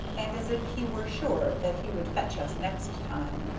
and as if he were sure that he would fetch us next time.